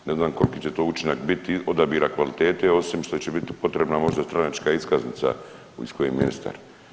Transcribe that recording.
Ne znam koliki će to učinak biti odabira kvalitete osim što će biti potrebna možda stranačka iskaznica iz koje je ministar.